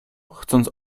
chcąc